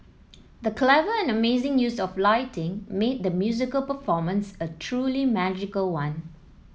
the clever and amazing use of lighting made the musical performance a truly magical one